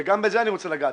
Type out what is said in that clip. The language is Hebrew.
גם בזה אני רוצה לגעת.